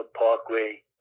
Parkway